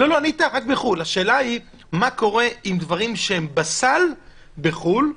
השאלה היא מה קורה עם דברים בסל בחו"ל,